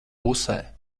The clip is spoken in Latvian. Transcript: pusē